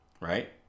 right